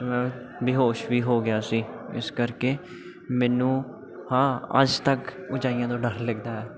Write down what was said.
ਮੈਂ ਬੇਹੋਸ਼ ਵੀ ਹੋ ਗਿਆ ਸੀ ਇਸ ਕਰਕੇ ਮੈਨੂੰ ਹਾਂ ਅੱਜ ਤੱਕ ਉਚਾਈਆਂ ਤੋਂ ਡਰ ਲੱਗਦਾ ਹੈ